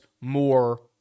more